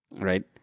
Right